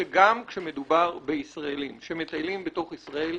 גם כשמדובר בישראלים שמטיילים בתוך ישראל,